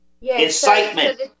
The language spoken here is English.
Incitement